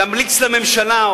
להמליץ לממשלה,